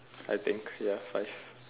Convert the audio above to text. I think ya five